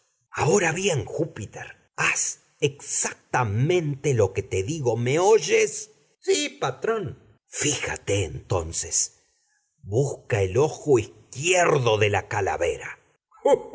ahora bien júpiter haz exactamente lo que te digo me oyes sí patrón fíjate entonces busca el ojo izquierdo de la calavera